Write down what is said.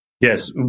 Yes